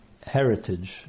heritage